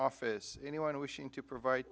office anyone wishing to provide